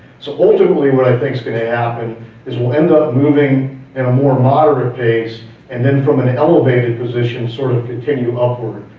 so ultimately what i think is gonna happen is we'll end up moving in a more moderate pace and then from an elevated position, sort of continue upward.